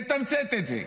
תמצת את זה.